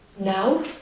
Now